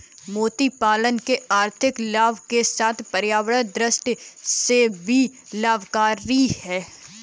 मोती पालन से आर्थिक लाभ के साथ पर्यावरण दृष्टि से भी लाभकरी है